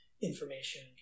Information